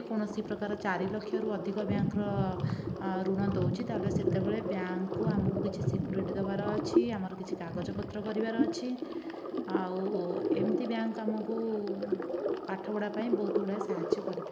ଯଦି କୌଣସି ପ୍ରକାର ଚାରିଲକ୍ଷରୁ ଅଧିକ ବ୍ୟାଙ୍କର ଋଣ ଦେଉଛି ତାହେଲେ ସେତେବେଳେ ବ୍ୟାଙ୍କକୁ ଆମକୁ କିଛି ସିକ୍ୟୁରିଟି ଦେବାର ଅଛି ଆମର କିଛି କାଗଜପତ୍ର କରିବାର ଅଛି ଆଉ ଏମିତି ବ୍ୟାଙ୍କ ଆମକୁ ପାଠପଢ଼ା ପାଇଁ ବହୁତ ଗୁଡ଼ିଏ ସାହାଯ୍ୟ କରିଥାଏ